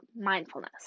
mindfulness